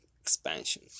expansion